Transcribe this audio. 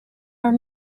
are